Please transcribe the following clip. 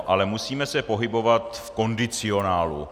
Ale musíme se pohybovat v kondicionálu.